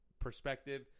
perspective